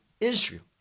Israel